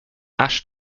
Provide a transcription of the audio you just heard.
ashe